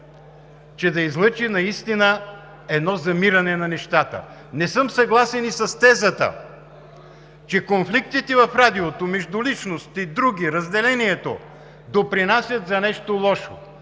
че да излъчи едно замиране на нещата. Не съм съгласен и с тезата, че конфликтите в Радиото – междуличностни и други, разделението, допринасят за нещо лошо.